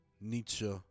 Nietzsche